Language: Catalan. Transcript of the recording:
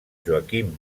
joaquim